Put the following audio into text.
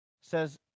Says